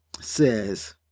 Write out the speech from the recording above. says